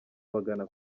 bagana